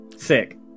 sick